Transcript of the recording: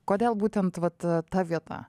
kodėl būtent vat ta vieta